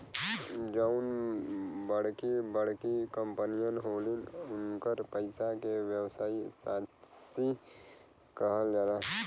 जउन बड़की बड़की कंपमीअन होलिन, उन्कर पइसा के व्यवसायी साशी कहल जाला